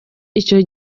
icyo